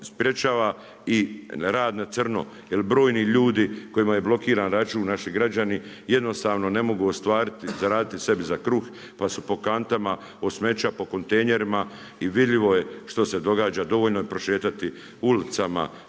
sprječava i rad na crno, jer brojni ljudi kojima je blokiran račun naših građani jednostavno ne mogu ostvariti, zaraditi sebi za kruh pa su po kantama od smeća po kontejnerima i vidljivo je što se događa. Dovoljno je prošetati ulicama,